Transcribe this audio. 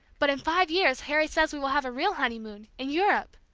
but in five years harry says we will have a real honeymoon, in europe!